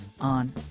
on